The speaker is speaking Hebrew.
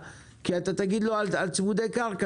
הייתי לאחרונה בטבריה בפוריה,